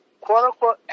Quote-unquote